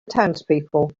townspeople